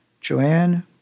Joanne